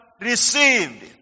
received